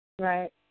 Right